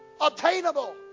obtainable